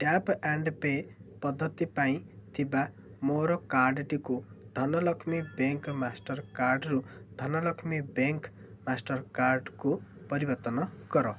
tap and pay' ପଦ୍ଧତି ପାଇଁ ଥିବା ମୋର କାର୍ଡ଼ଟିକୁ ଧନଲକ୍ଷ୍ମୀ ବ୍ୟାଙ୍କ୍ ମାଷ୍ଟର୍କାର୍ଡ଼ରୁ ଧନଲକ୍ଷ୍ମୀ ବ୍ୟାଙ୍କ୍ ମାଷ୍ଟର୍କାର୍ଡ଼କୁ ପରିବର୍ତ୍ତନ କର